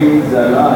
האם זה עלה?